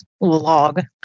log